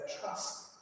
trust